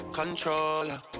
controller